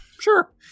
sure